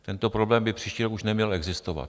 Tento problém by příští rok už neměl existovat.